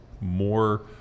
more